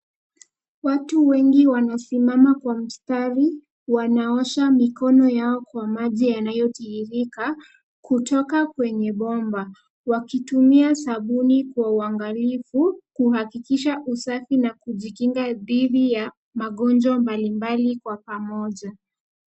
Watu wengi wanasimama kwa mstari wanaosha mikono yao kwa maji yanayotiririka kutoka kwenye bomba wakitumia sabuni kwa uangalifu kuhakikisha usafi na kujikinga dhidi ya magonjwa mbalimbali kwa pamoja.